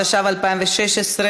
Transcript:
התשע"ו 2016,